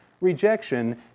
rejection